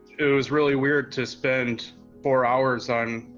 it was really weird to spend four hours on,